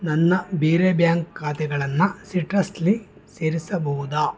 ನನ್ನ ಬೇರೆ ಬ್ಯಾಂಕ್ ಖಾತೆಗಳನ್ನ ಸಿಟ್ರಸ್ಲಿ ಸೇರಿಸಬಹುದ